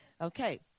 Okay